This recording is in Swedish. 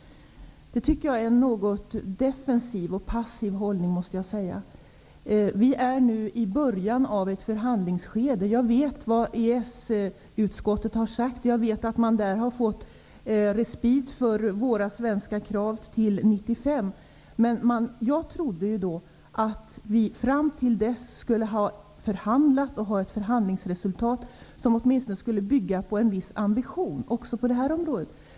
Detta tycker jag är en något defensiv och passiv hållning. Vi är nu i början av ett förhandlingsskede. Jag vet vad EES-utskottet har sagt. Jag vet att man där har fått respit till 1995 för våra svenska krav. Men jag trodde att vi till dess skulle ha ett förhandlingsresultat som åtminstone skulle bygga på en viss ambition även på detta område.